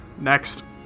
Next